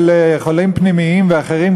של חולים פנימיים ואחרים,